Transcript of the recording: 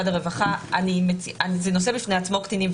זה נושא בפני עצמו קטינים,